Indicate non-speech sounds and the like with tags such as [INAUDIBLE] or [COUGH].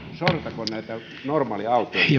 sortako näitä normaaliautoilijoita [UNINTELLIGIBLE]